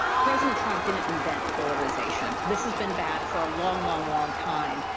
president trump didn't invent polarization. this has been bad for a long, long, long time.